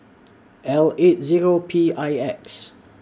L eight Zero P I X